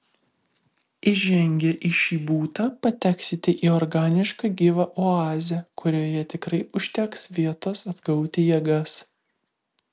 įžengę į šį butą pateksite į organišką gyvą oazę kurioje tikrai užteks vietos atgauti jėgas